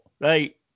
right